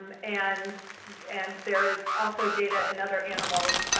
and and and there is also data in other animals.